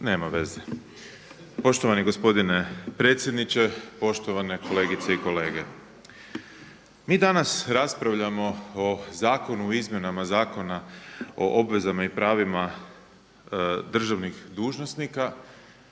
Peđa (SDP)** Poštovani gospodine predsjedniče, poštovane kolegice i kolege. Mi danas raspravljamo o Zakonu o izmjenama Zakona o obvezama i pravima državnih dužnosnika,